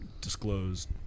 Disclosed